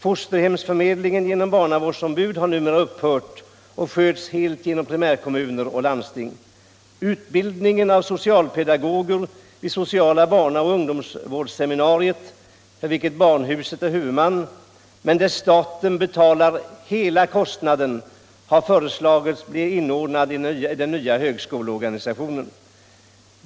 Fosterhemsförmedlingen genom barnavårdsombud har numera upphört och sköts helt genom primärkommuner och landsting. Utbildningen av socialpedagoger vid sociala barna och ungdomsvårdsseminariet, för vilket barnhuset är huvudman. men där staten betalar hela kostnaden — har föreslagits bli inordnad i den nya högskolcorganisationen.